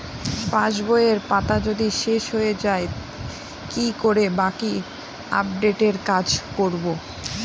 পাসবইয়ের পাতা যদি শেষ হয়ে য়ায় কি করে বাকী আপডেটের কাজ করব?